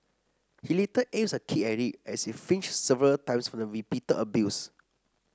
he later aims a kick at it as it flinches several times from the repeated abuse